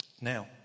Now